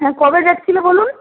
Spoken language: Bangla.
হ্যাঁ কবে যাচ্ছিল বলুন